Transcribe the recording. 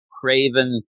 Craven